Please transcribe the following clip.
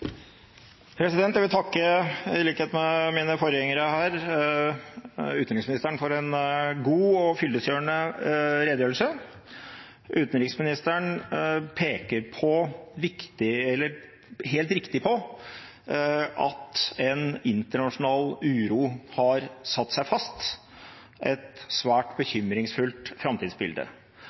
Jeg vil, i likhet med mine forgjengere her, takke utenriksministeren for en god og fyllestgjørende redegjørelse. Utenriksministeren peker helt riktig på at en internasjonal uro har satt seg fast – et svært bekymringsfullt framtidsbilde.